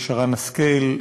שרן השכל,